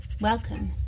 Welcome